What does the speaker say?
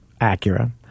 Acura